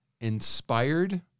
inspired